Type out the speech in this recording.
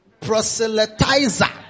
proselytizer